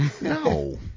No